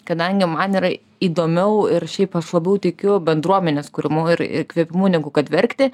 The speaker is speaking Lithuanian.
kadangi man yra įdomiau ir šiaip aš labiau tikiu bendruomenės kūrimu ir įkvėpimu negu kad verkti